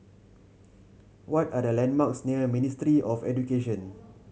what are the landmarks near Ministry of Education